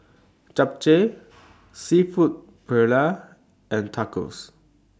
Japchae Seafood Paella and Tacos